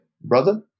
brother